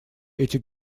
эти